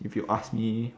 if you ask me